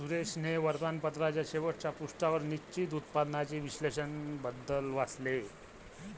सुरेशने वर्तमानपत्राच्या शेवटच्या पृष्ठावर निश्चित उत्पन्नाचे विश्लेषण बद्दल वाचले